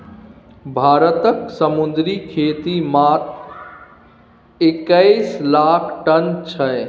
भारतक समुद्री खेती मात्र एक्कैस लाख टन छै